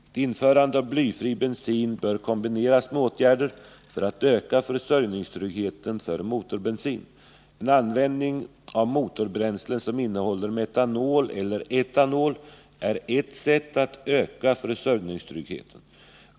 Ett införande av blyfri bensin bör kombineras Måndagen den med åtgärder för att öka försörjningstryggheten för motorbensin. En 2g april 1980 användning av motorbränslen som innehåller metanol eller etanol är ett sätt att öka försörjningstryggheten.